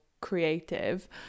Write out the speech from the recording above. creative